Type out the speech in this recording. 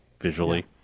visually